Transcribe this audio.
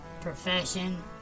profession